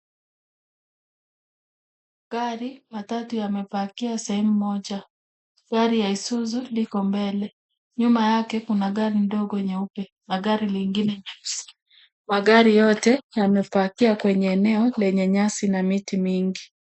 Gari matatu yamepakia sehemu moja, gari la Isuzu liko mbele, nyuma yake kuna gari ndogo nyeupe na gari lingine nyeusi. Magari yote yamepakiwa kwenye eneo lenye nyasi na miti mingi.